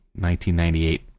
1998